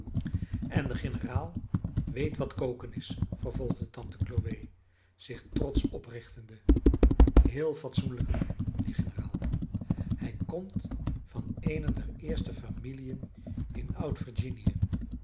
en de generaal weet wat koken is vervolgde tante chloe zich trotsch oprichtende heel fatsoenlijk man die generaal hij komt van eene der eerste familiën in